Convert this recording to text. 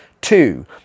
Two